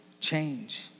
change